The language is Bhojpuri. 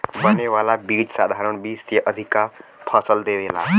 बने वाला बीज साधारण बीज से अधिका फसल देवेला